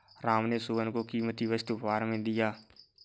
राम ने सोहन को कीमती वस्तु उपहार में दिया